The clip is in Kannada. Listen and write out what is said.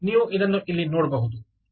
ನೀವು ಇದನ್ನು ಇಲ್ಲಿ ನೋಡಬಹುದು